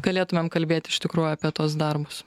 galėtumėm kalbėt iš tikrųjų apie tuos darbus